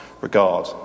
regard